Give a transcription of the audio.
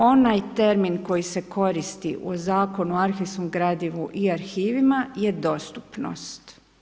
Onaj termin koji se koristi u Zakonu o arhivskom gradivu i arhivima je dostupnost.